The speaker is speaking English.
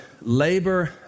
labor